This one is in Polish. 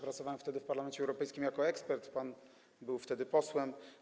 Pracowałem wtedy w Parlamencie Europejskim jako ekspert, pan był wtedy posłem.